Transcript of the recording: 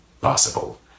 possible